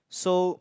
so